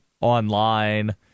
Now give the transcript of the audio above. online